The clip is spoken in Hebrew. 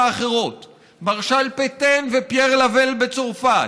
האחרות: מרשל פטן ופייר לאוואל בצרפת,